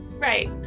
right